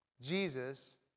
Jesus